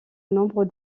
nombre